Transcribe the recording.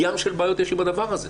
ים של בעיות יש עם הדבר הזה.